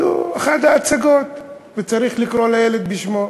זו אחת ההצגות, וצריך לקרוא לילד בשמו.